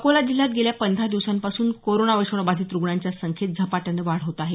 अकोला जिल्ह्यात गेल्या पंधरा दिवसापासून कोरोना विषाणू बाधित रुग्णांच्या संख्येत झपाट्याने वाढ होत आहे